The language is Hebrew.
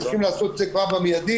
צריכים לעשות את זה כבר במיידי,